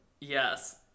Yes